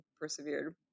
persevered